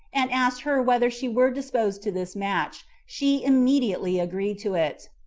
and asked her whether she were disposed to this match, she immediately agreed to it.